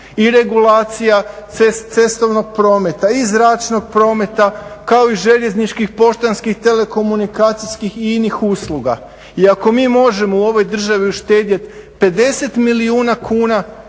i regulacija cestovnog prometa i zračnog prometa kao i željezničkih, poštanskih, telekomunikacijskih i inih usluga. I ako mi možemo u ovoj državi uštedjeti 50 milijuna kuna